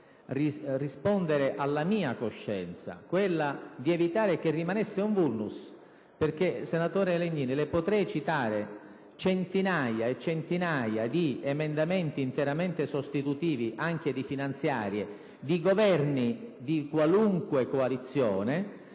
rispondere alla mia coscienza, per evitare che rimanesse un *vulnus*. Senatore Legnini, le potrei citare centinaia e centinaia di emendamenti interamente sostitutivi, anche di finanziarie, presentati da Governi di qualunque coalizione